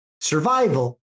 survival